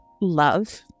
Love